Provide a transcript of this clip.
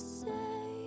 say